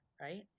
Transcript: right